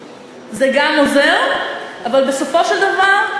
אפשר להוריד את, זה גם עוזר, אבל בסופו של דבר,